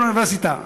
והם לא מתקבלים פה,